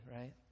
right